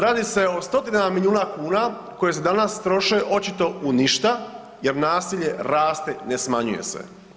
Radi se o stotinama milijuna kuna koje se danas troše očito u ništa jer nasilje raste, ne smanjuje se.